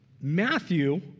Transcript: Matthew